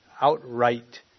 outright